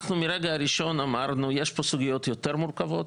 מהרגע הראשון אנחנו אמרנו שאומנם יש פה גם סוגיות יותר מורכבות,